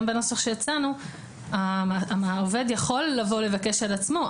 גם בנוסח שהצענו העובד יכול לבוא לבקש על עצמו,